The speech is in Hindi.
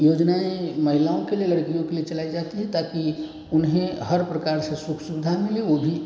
योजनाएँ महिलाओं के लिए लड़कियों के लिए चलाई जाती है ताकि उन्हें हर प्रकार से सुख सुविधा मिले वो भी